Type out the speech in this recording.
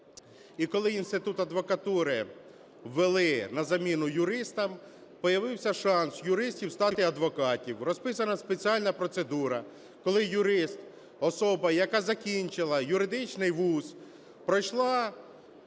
І коли інститут адвокатури ввели на заміну юристам, появився шанс у юристів стати адвокатами. Розписана спеціальна процедура, коли юрист – особа, яка закінчила юридичний вуз, пройшла,